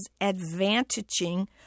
advantaging